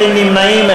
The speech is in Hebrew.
אין נמנעים,